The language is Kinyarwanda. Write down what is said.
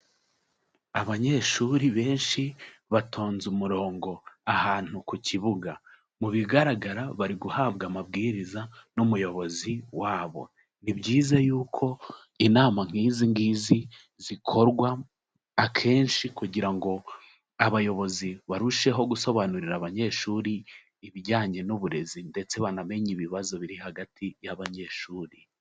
Abanyeshuri benshi batonze umurongo ahantu ku kibuga, mu bigaragara bari guhabwa amabwiriza n'umuyobozi wabo, ni byiza yuko inama nk'izingizi zikorwa akenshi kugira ngo abayobozi barusheho gusobanurira abanyeshuri ibijyanye n'uburezi ndetse banamenye ibibazo biri hagati y'abanyeshuri.